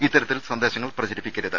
ഇത്തരത്തിൽ സന്ദേശങ്ങൾ പ്രചരിപ്പിക്കരുത്